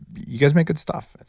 you guys make good stuff,